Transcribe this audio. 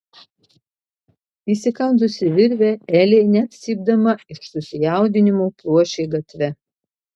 įsikandusi virvę elė net cypdama iš susijaudinimo pluošė gatve